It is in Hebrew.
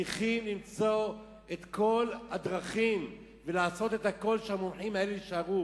צריך למצוא את כל הדרכים ולעשות את הכול כדי שהמומחים האלה יישארו,